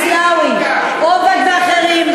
מסלוואי, עובד ואחרים,